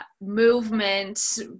movement